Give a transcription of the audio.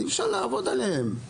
אי אפשר לעבוד עליהם;